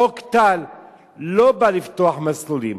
חוק טל לא בא לפתוח מסלולים,